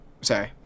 Sorry